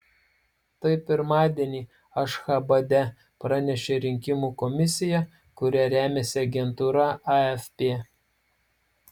tai pirmadienį ašchabade pranešė rinkimų komisija kuria remiasi agentūra afp